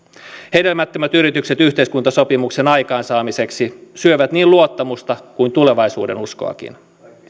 hedelmättömät yritykset yhteiskuntasopimuksen aikaansaamiseksi syövät niin luottamusta kuin tulevaisuudenuskoakin